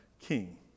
king